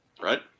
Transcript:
Right